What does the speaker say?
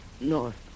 north